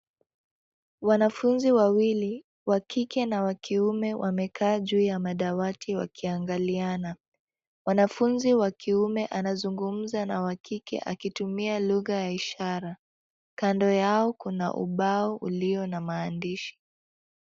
Wanafunzi wawili, wa kike na wa kiume, wamekaa juu ya madawati wakiangaliana. Wanafunzi wa kiume anazungumza na wa kike akitumia lugha ya ishara. Kando yao kuna ubao ulio na maandishi.